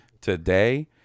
today